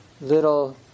little